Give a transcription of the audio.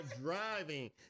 driving